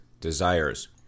desires